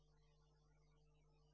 on l